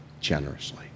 generously